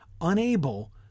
unable